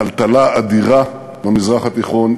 טלטלה אדירה במזרח התיכון,